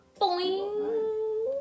Boing